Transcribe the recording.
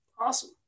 Awesome